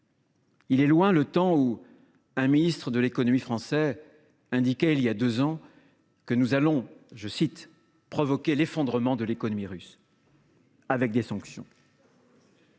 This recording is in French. Il est loin le temps où un ministre de l’économie français indiquait que nous allions « provoquer l’effondrement de l’économie russe » avec des sanctions…